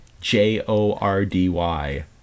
J-O-R-D-Y